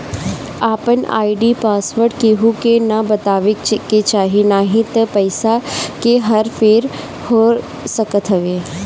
आपन ID password केहू के ना बतावे के चाही नाही त पईसा के हर फेर हो सकत हवे